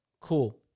Cool